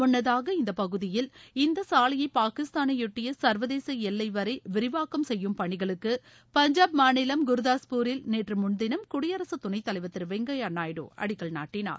முன்னதாக இந்திய பகுதியில் இந்த சாலையை பாகிஸ்தானை யொட்டிய சர்வதேச எல்லை வரை விரிவாக்கம் செய்யும் பணிகளுக்கு பஞ்சாப் மாநிலம் குர்தாஸ்பூரில் நேற்று முன்தினம் குயடிரசு துணைத் தலைவர் திரு வெங்கய்யா நாயுடு அடிக்கல் நாட்டினார்